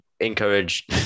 encourage